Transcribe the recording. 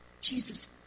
Jesus